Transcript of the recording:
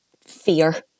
Fear